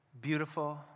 beautiful